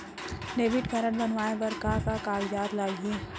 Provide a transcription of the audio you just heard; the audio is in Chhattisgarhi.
डेबिट कारड बनवाये बर का का कागज लागही?